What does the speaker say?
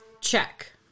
Check